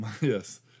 Yes